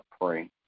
pray